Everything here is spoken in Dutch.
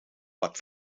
wat